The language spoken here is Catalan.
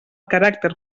caràcter